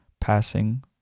passing